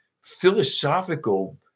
philosophical